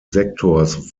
sektors